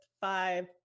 five